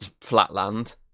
flatland